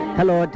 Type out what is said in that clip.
Hello